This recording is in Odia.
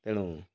ତେଣୁ